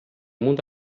mundo